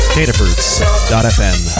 DataFruits.fm